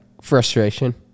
frustration